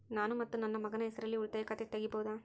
ನಾನು ಮತ್ತು ನನ್ನ ಮಗನ ಹೆಸರಲ್ಲೇ ಉಳಿತಾಯ ಖಾತ ತೆಗಿಬಹುದ?